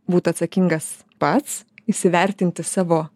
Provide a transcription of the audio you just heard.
būt atsakingas pats įsivertinti savo